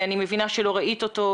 אני מבינה שלא ראית אותו.